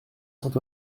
sainte